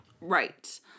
Right